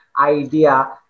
idea